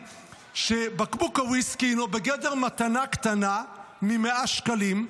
שבקבוק הוויסקי הינו בגדר מתנה קטנה מ-100 שקלים,